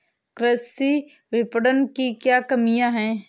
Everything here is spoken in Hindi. कृषि विपणन की क्या कमियाँ हैं?